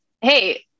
hey